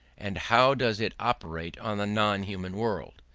and how does it operate on the non-human world?